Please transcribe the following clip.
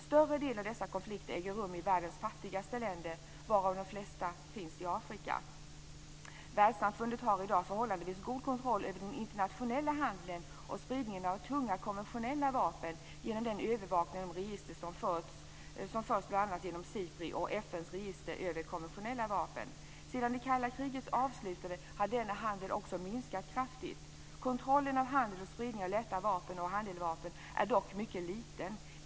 Större delen av dessa konflikter äger rum i världens fattigaste länder, varav de flesta finns i Afrika. Världssamfundet har i dag förhållandevis god kontroll över den internationella handeln och spridningen av tunga konventionella vapen genom övervakningen. Det förs register bl.a. genom SIPRI. FN Sedan det kalla krigets avslutande har denna handel också minskat kraftigt. Kontrollen av handeln med och spridningen av lätta vapen och handeldvapen är dock mycket liten.